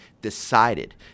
decided